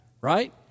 right